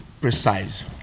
precise